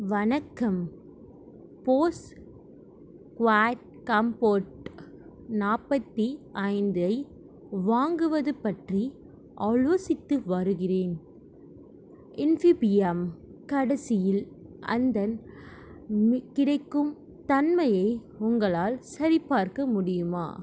வணக்கம் Bose quiet comfort நாற்பத்தி ஐந்தை வாங்குவது பற்றி ஆலோசித்து வருகிறேன் இன்ஃபீபீஎம் கடைசியில் அந்தன் மி கிடைக்கும் தன்மையை உங்களால் சரிப்பார்க்க முடியுமா